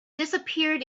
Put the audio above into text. disappeared